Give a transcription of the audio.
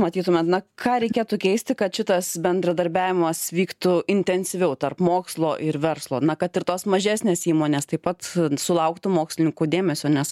matytumėt na ką reikėtų keisti kad šitas bendradarbiavimas vyktų intensyviau tarp mokslo ir verslo na kad ir tos mažesnės įmonės taip pat sulauktų mokslininkų dėmesio nes